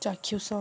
ଚାକ୍ଷୁଷ